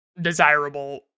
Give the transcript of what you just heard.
desirable